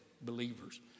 believers